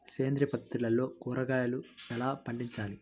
సేంద్రియ పద్ధతిలో కూరగాయలు ఎలా పండించాలి?